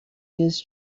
his